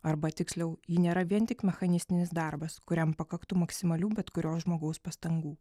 arba tiksliau ji nėra vien tik mechanistinis darbas kuriam pakaktų maksimalių bet kurio žmogaus pastangų